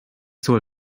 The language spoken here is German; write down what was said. soll